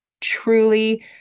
Truly